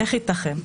איך ייתכן?